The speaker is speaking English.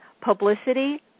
Publicity